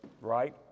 right